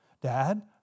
Dad